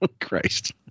Christ